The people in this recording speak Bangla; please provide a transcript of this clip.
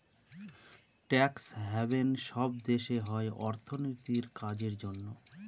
ট্যাক্স হ্যাভেন সব দেশে হয় অর্থনীতির কাজের জন্য